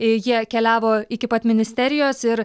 jie keliavo iki pat ministerijos ir